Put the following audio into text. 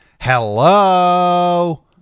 Hello